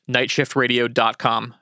NightShiftRadio.com